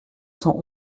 cent